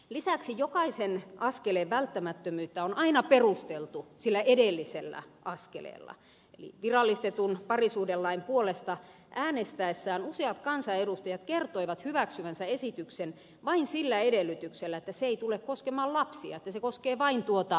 lisäksi jokaisen askeleen välttämättömyyttä on aina perusteltu sillä edellisellä askeleella eli virallistetun parisuhdelain puolesta äänestäessään useat kansanedustajat kertoivat hyväksyvänsä esityksen vain sillä edellytyksellä että se ei tule koskemaan lapsia että se koskee vain tuota pariskuntaa